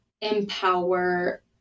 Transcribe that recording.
empower